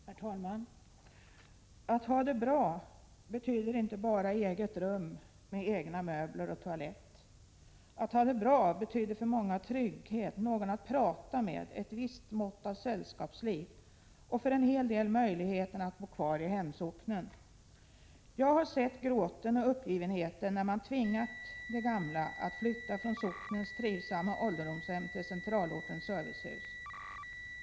Herr talman! Att ha det bra betyder inte bara eget rum med egna möbler och toalett. Att ha det bra betyder för många trygghet, någon att prata med, ett visst mått av sällskapsliv och för en hel del möjlighet att bo kvar i hemsocknen. Jag har bevittnat gråten och uppgivenheten när man tvingat gamla att flytta från socknens trivsamma ålderdomshem till centralortens servicehus.